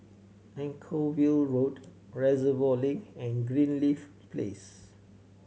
Anchorvale Road Reservoir Link and Greenleaf Place